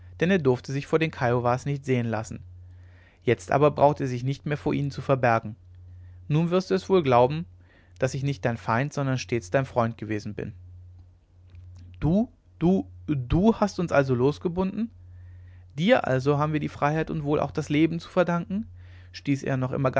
denn er durfte sich vor den kiowas nicht sehen lassen jetzt aber braucht er sich nicht mehr vor ihnen zu verbergen nun wirst du es wohl glauben daß ich nicht dein feind sondern stets dein freund gewesen bin du du du also hast uns losgebunden dir also haben wir die freiheit und wohl auch das leben zu verdanken stieß er noch immer